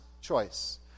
choice